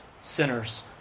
sinners